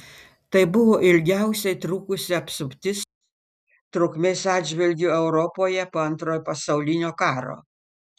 tai buvo ilgiausiai trukusi apsuptis trukmės atžvilgiu europoje po antrojo pasaulinio karo